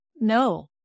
No